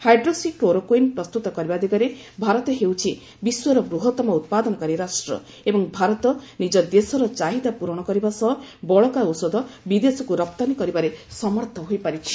hydroxy chloroquine ପ୍ରସ୍ତୁତ କରିବା ଦିଗରେ ଭାରତ ହେଉଛି ବିଶ୍ୱର ବୃହତମ ଉତ୍ପାଦନକାରୀ ରାଷ୍ଟ୍ର ଏବଂ ଭାରତ ନିଜ ଦେଶର ଚାହିଦା ପୂରଣ କରିବା ସହ ବଳକା ଔଷଧ ବିଦେଶକୁ ରପ୍ତାନୀ କରିବାରେ ସମର୍ଥ ହୋଇପାରିଛି